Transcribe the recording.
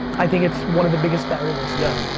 i think it's one of the biggest variables. yeah.